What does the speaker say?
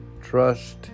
trust